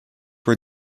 were